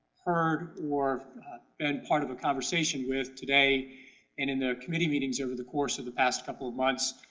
heard, or been part of a conversation with today and in the committee meetings over the course of the past couple of months,